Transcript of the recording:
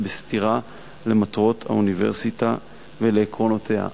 בסתירה למטרות האוניברסיטה ולעקרונותיה.